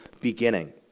beginning